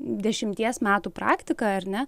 dešimties metų praktiką ar ne